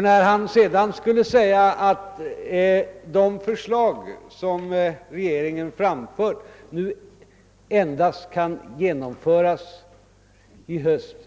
När han sedan sade att de förslag som regeringen lagt fram i höst endast kan genomföras